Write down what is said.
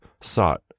Sought